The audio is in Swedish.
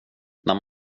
när